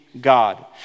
God